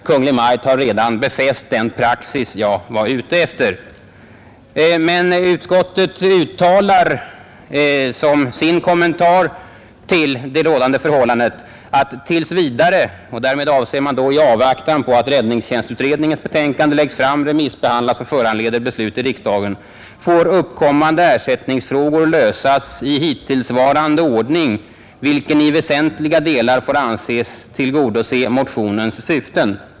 Kungl. Maj:t har redan befäst den praxis vi var ute efter. Men utskottet uttalar som sin kommentar till det rådande förhållandet att ”tills vidare får uppkommande ersättningsfrågor lösas i hittillsvarande ordning, vilken i väsentliga delar får anses tillgodose motionens syften”.